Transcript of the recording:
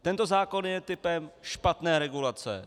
Tento zákon je typem špatné regulace.